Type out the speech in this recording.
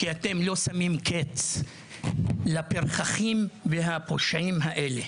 כי אתם לא שמים קץ לפרחחים והפושעים האלה,